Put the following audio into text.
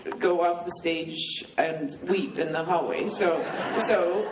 go off the stage and weep in the hallway, so so,